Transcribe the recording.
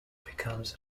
becomes